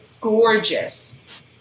gorgeous